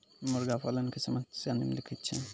मुर्गा पालन के समस्या निम्नलिखित छै